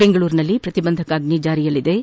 ಬೆಂಗಳೂರಿನಲ್ಲಿ ಪ್ರತಿಬಂಧಕಾಣ್ಣೆ ಜಾರಿಯಲ್ಲಿದ್ದು